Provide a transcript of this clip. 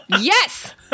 Yes